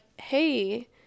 Hey